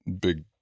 big